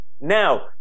now